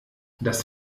das